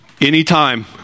anytime